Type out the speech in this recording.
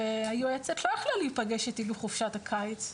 והיועצת לא יכלה להיפגש איתי בחופשת הקיץ.